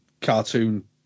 cartoon